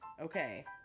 Okay